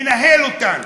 מנהל אותן,